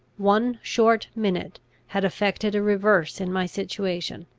one short minute had effected a reverse in my situation,